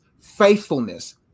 faithfulness